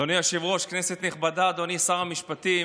אדוני היושב-ראש, כנסת נכבדה, אדוני שר המשפטים,